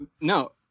No